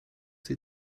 sie